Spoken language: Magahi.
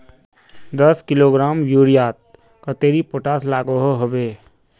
दस किलोग्राम यूरियात कतेरी पोटास लागोहो होबे?